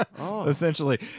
Essentially